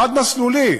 חד-מסלולי,